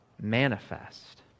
manifest